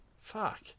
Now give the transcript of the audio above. Fuck